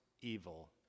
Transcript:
evil